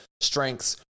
Strengths